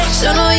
sono